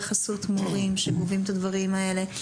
בחסות מורים שגובים את הדברים האלה.